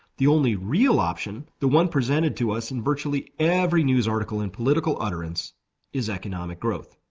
the only real option, the one presented to us in virtually every news article and political utterance is economic growth.